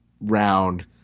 round